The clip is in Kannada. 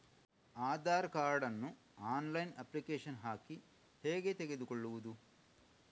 ಆಧಾರ್ ಕಾರ್ಡ್ ನ್ನು ಆನ್ಲೈನ್ ಅಪ್ಲಿಕೇಶನ್ ಹಾಕಿ ಹೇಗೆ ತೆಗೆದುಕೊಳ್ಳುವುದು?